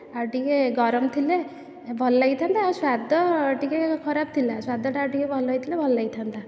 ଆଉ ଟିକେ ଗରମ ଥିଲେ ଭଲ ଲାଗିଥାନ୍ତା ଆଉ ସ୍ୱାଦ ଟିକେ ଖରାପ ଥିଲା ସ୍ୱାଦଟା ଆଉ ଟିକେ ଭଲ ହୋଇଥିଲେ ଭଲ ଲାଗିଥାନ୍ତା